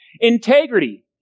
integrity